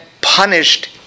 punished